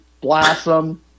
Blossom